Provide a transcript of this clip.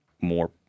more